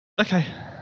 Okay